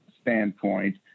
standpoint